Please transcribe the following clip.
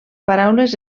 paraules